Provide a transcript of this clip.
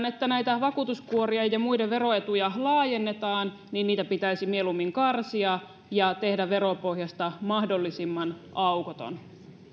että näitä vakuutuskuoria ja muiden veroetuja laajennetaan niitä pitäisi mieluummin karsia ja tehdä veropohjasta mahdollisimman aukoton